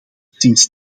sinds